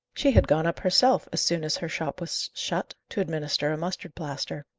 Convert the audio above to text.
she had gone up herself, as soon as her shop was shut, to administer a mustard-plaster.